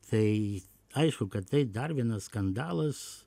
tai aišku kad tai dar vienas skandalas